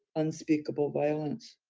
unspeakable violence,